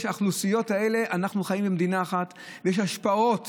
אנחנו חיים במדינה אחת, ויש השפעות.